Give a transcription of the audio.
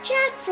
Jack